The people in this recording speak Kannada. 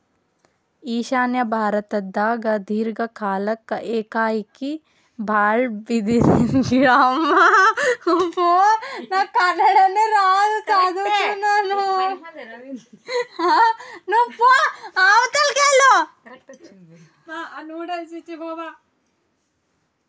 ಈಶಾನ್ಯ ಭಾರತ್ದಾಗ್ ದೀರ್ಘ ಕಾಲ್ಕ್ ಏಕಾಏಕಿ ಭಾಳ್ ಬಿದಿರಿನ್ ಗಿಡಕ್ ಹೂವಾ ಬಿಡ್ತಾವ್